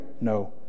No